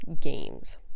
games